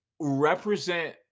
represent